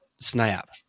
snap